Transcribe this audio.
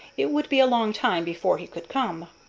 it would be a long time before he could come.